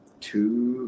two